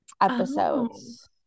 episodes